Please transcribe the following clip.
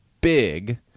big